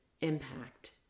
impact